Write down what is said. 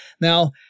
Now